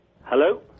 Hello